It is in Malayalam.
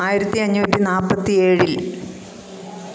ആയിരത്തി അഞ്ഞൂറ്റി നാൽപ്പത്തി ഏഴിൽ